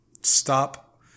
stop